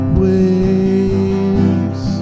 waves